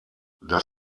das